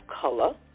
color